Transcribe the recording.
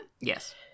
Yes